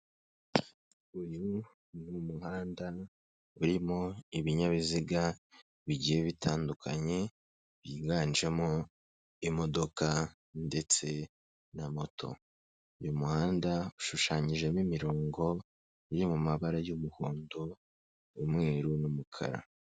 Uyumuhanda urimo ibinyabiziga bigiye bitandukanye byiganjemo imodoka ndetse na moto uyu muhanda ushushanyijemo imirongo iri mu mabara y'umuhondo n'umweruru n'umukara.